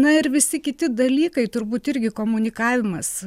na ir visi kiti dalykai turbūt irgi komunikavimas